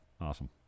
Awesome